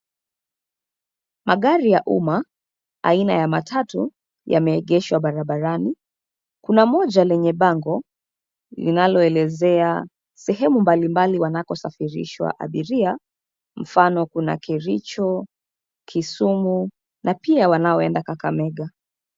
Magari ya umma, aina ya matatu, yameegeshwa barabarani. Kuna moja lenye bango, linaloelezea sehemu mbalimbali wanakosafirishwa abiria, mfano kuna Kericho, Kisumu, na pia wanaoenda Kakamega.